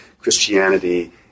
Christianity